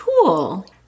cool